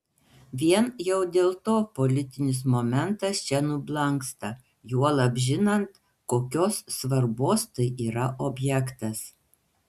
vien jau dėl to politinis momentas čia nublanksta juolab žinant kokios svarbos tai yra objektas